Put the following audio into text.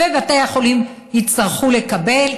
ובתי החולים יצטרכו לקבל,